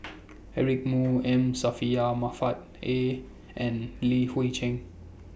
Eric Moo M A and Li Hui Cheng